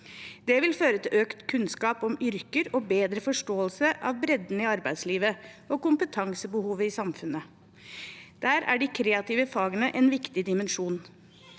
Det vil føre til økt kunnskap om yrker og bedre forståelse av bredden i arbeidslivet og kompetansebehovet i samfunnet. Der er de kreative fagene en viktig dimensjon.